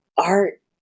art